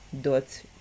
dot